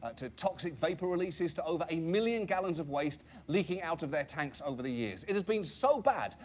ah to toxic vapor releases, to over a million gallons of waste leaking out of their tanks over the years. it has been so bad,